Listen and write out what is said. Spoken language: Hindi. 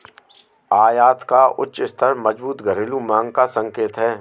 आयात का उच्च स्तर मजबूत घरेलू मांग का संकेत है